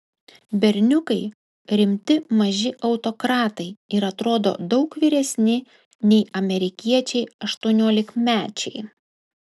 berniukai rimti maži autokratai ir atrodo daug vyresni nei amerikiečiai aštuoniolikmečiai